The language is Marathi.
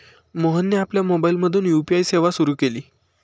मोहनने आपल्या मोबाइलमधून यू.पी.आय सेवा सुरू केली